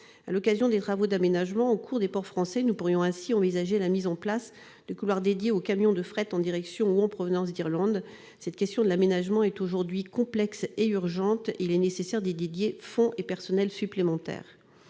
À l'occasion des travaux d'aménagement en cours des ports français, nous pourrions ainsi envisager la mise en place de couloirs dédiés aux camions de fret en direction ou en provenance d'Irlande. Cette question de l'aménagement est aujourd'hui complexe et urgente ; il est nécessaire d'y dédier fonds et personnels supplémentaires.